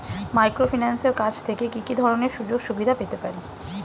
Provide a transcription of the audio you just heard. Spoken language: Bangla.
মাইক্রোফিন্যান্সের কাছ থেকে কি কি ধরনের সুযোগসুবিধা পেতে পারি?